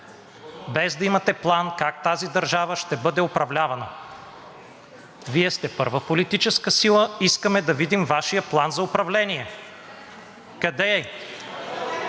без да имате план как тази държава ще бъде управлявана. Вие сте първа политическа сила и искаме да видим Вашия план за управление. Къде е?